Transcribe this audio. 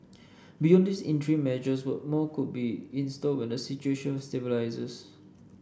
beyond these interim measures more could be in store when the situation stabilises